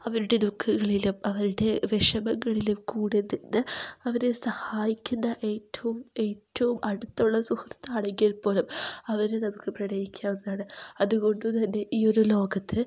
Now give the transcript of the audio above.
അവരുടെ ദുഃഖങ്ങളിലും അവരുടെ വിഷമങ്ങളിലും കൂടെനിന്ന് അവരെ സഹായിക്കുന്ന ഏറ്റവും ഏറ്റവും അടുത്തുള്ള സുഹൃത്താണെങ്കിൽ പോലും അവരെ നമുക്ക് പ്രണയിക്കാവുന്നതാണ് അതുകൊണ്ടുതന്നെ ഈ ഒരു ലോകത്ത്